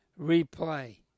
replay